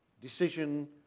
Decision